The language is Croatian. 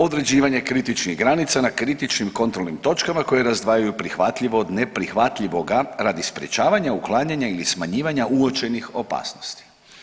Određivanje kritičnih granica na kritičnim kontrolnim točkama koje razdvajaju prihvatljivo od neprihvatljivoga radi sprječavanja, uklanjanja ili smanjivanja uočenih opasnosti.